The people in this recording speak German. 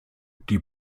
die